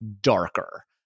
darker